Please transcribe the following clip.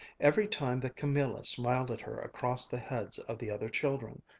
every time that camilla smiled at her across the heads of the other children,